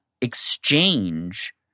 exchange